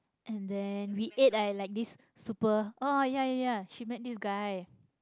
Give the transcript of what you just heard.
and then we ate at like this super oh ya ya ya she met this guy